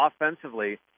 offensively